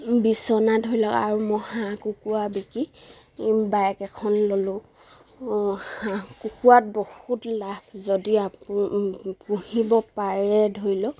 বিছনা ধৰি লওক আৰু মই হাঁহ কুকুৰা বিকি বাইক এখন ল'লোঁ হাঁহ কুকুৰা বহুত লাভ যদি আপ পুহিব পাৰে ধৰি লওক